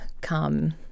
come